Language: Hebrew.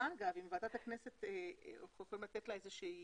לוועדת הכנסת איזושהי